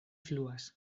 fluas